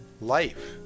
life